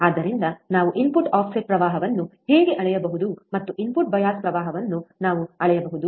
ಆದ್ದರಿಂದ ನಾವು input offset ಪ್ರವಾಹವನ್ನು ಹೇಗೆ ಅಳೆಯಬಹುದು ಮತ್ತು ಇನ್ಪುಟ್ ಬಯಾಸ್ ಪ್ರವಾಹವನ್ನು ನಾವು ಅಳೆಯಬಹುದು